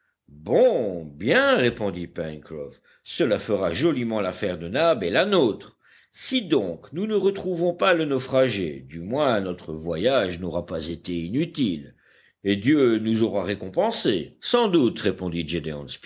bon bien répondit pencroff cela fera joliment l'affaire de nab et la nôtre si donc nous ne retrouvons pas le naufragé du moins notre voyage n'aura pas été inutile et dieu nous aura récompensés sans doute répondit